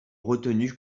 retenus